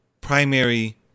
primary